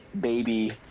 baby